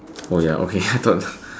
oh ya okay I thought